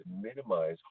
minimize